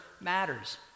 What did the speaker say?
matters